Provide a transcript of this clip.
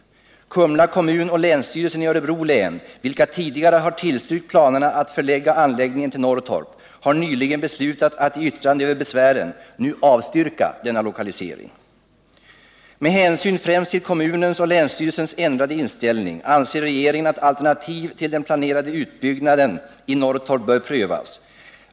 Kumla kommun och länsstyrelsen i Örebro län, vilka tidigare har tillstyrkt planerna att förlägga anläggningen till Norrtorp, har nyligen beslutat att i yttrande över besvären nu avstyrka denna lokalisering. Med hänsyn främst till kommunens och länsstyrelsens ändrade inställning anser regeringen att alternativ till den planerade utbyggnaden i Norrtorp bör prövas.